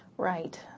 Right